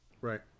Right